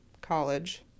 college